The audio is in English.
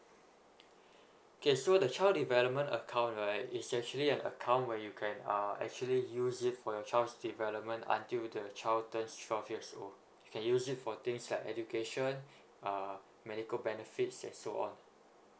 okay so the child development account right is actually an account where you can uh actually use it for your child's development until the child turns twelve years old can use it for things like education uh medical benefits and so on